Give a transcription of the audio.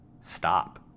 stop